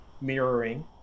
mirroring